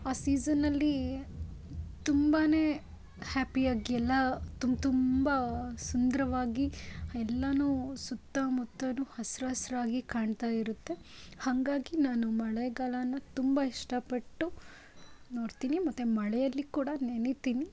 ಆ ಸೀಸನ್ನಲ್ಲಿ ತುಂಬಾ ಹ್ಯಾಪಿಯಾಗೆಲ್ಲ ತುಂಬ ತುಂಬ ಸುಂದರವಾಗಿ ಎಲ್ಲನೂ ಸುತ್ತಮುತ್ತನೂ ಹಸ್ರು ಹಸಿರಾಗಿ ಕಾಣ್ತಾ ಇರುತ್ತೆ ಹಾಗಾಗಿ ನಾನು ಮಳೆಗಾಲನ ತುಂಬ ಇಷ್ಟಪಟ್ಟು ನೋಡ್ತೀನಿ ಮತ್ತು ಮಳೆಯಲ್ಲಿ ಕೂಡ ನೆನಿತೀನಿ